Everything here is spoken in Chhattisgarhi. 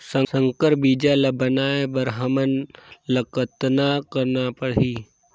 संकर बीजा ल बनाय बर हमन ल कतना करना परही?